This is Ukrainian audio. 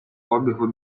обігу